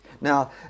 Now